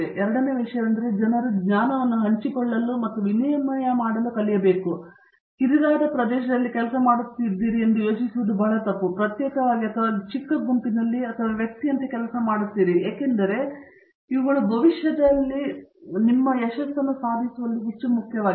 ಎರಡನೆಯ ವಿಷಯವೆಂದರೆ ಜನರು ಜ್ಞಾನವನ್ನು ಹಂಚಿಕೊಳ್ಳಲು ಮತ್ತು ವಿನಿಮಯ ಮಾಡಲು ಕಲಿಯಬೇಕಾಗಿದೆ ನೀವು ಕಿರಿದಾದ ಪ್ರದೇಶದಲ್ಲಿ ಕೆಲಸ ಮಾಡುತ್ತಿದ್ದೀರಿ ಎಂದು ಯೋಚಿಸುವುದು ಬಹಳ ತಪ್ಪು ನೀವು ಪ್ರತ್ಯೇಕವಾಗಿ ಅಥವಾ ನೀವು ಚಿಕ್ಕ ಗುಂಪಿನಲ್ಲಿ ಅಥವಾ ವ್ಯಕ್ತಿಯಂತೆ ಕೆಲಸ ಮಾಡುತ್ತೀರಿ ಏಕೆಂದರೆ ನನಗೆ ಇವುಗಳು ಭವಿಷ್ಯದ ವಾಹಕದಲ್ಲಿ ಯಶಸ್ಸನ್ನು ಸಾಧಿಸುವಲ್ಲಿ ಹೆಚ್ಚು ಮುಖ್ಯವಾಗಿದೆ